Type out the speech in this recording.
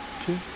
two